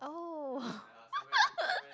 oh